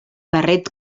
barret